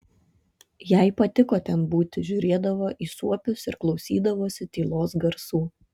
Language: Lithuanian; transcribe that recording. jai patiko ten būti žiūrėdavo į suopius ir klausydavosi tylos garsų